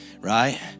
right